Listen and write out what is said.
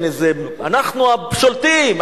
אנחנו השולטים,